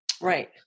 Right